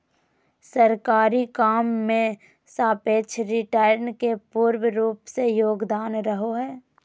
सरकारी काम मे सापेक्ष रिटर्न के पूर्ण रूप से योगदान रहो हय